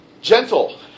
Gentle